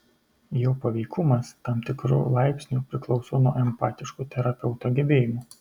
jo paveikumas tam tikru laipsniu priklauso nuo empatiškų terapeuto gebėjimų